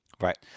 Right